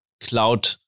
cloud